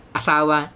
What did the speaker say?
asawa